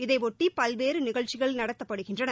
இதையொட்டி பல்வேறு நிகழ்ச்சிகள் நடத்தப்படுகின்றன